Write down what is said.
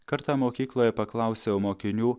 kartą mokykloje paklausiau mokinių